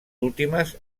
últimes